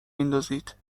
میندازید